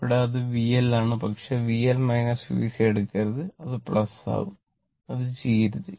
ഇവിടെ ഇത് VL ആണ് പക്ഷേ VL VC എടുക്കരുത് അത് ആകും അത് ചെയ്യരുത്